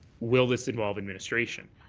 will this involve administration.